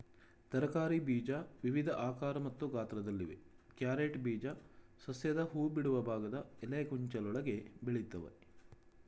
ತರಕಾರಿ ಬೀಜ ವಿವಿಧ ಆಕಾರ ಮತ್ತು ಗಾತ್ರದಲ್ಲಿವೆ ಕ್ಯಾರೆಟ್ ಬೀಜ ಸಸ್ಯದ ಹೂಬಿಡುವ ಭಾಗದ ಎಲೆಗೊಂಚಲೊಳಗೆ ಬೆಳಿತವೆ